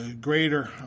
Greater